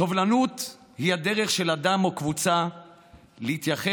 סובלנות היא הדרך של אדם או קבוצה להתייחס